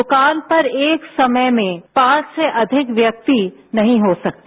दुकान पर एक समय में पांच से अधिक व्यक्ति नहीं हो सकते